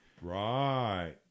Right